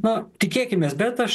na tikėkimės bet aš